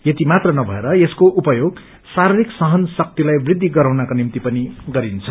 यतिमात्र नथएर यसको उपयोग शरीरिक सहन शक्तिलाई वुद्धि गराउनका निम्ति पनि गरिन्छ